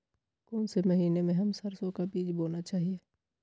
कौन से महीने में हम सरसो का बीज बोना चाहिए?